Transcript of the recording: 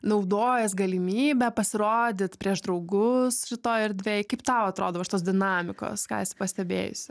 naudojas galimybe pasirodyt prieš draugus šitoj erdvėj kaip tau atrodo va šitos dinamikos ką esi pastebėjusi